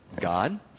God